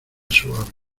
suave